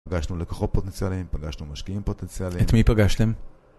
פגשנו לקוחות פוטנציאלים, פגשנו משקיעים פוטנציאלים. את מי פגשתם?